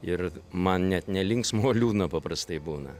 ir man net nelinksma o liūdna paprastai būna